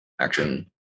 action